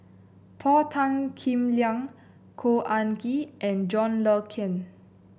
Paul Tan Kim Liang Khor Ean Ghee and John Le Cain